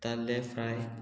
ताल्ले फ्राय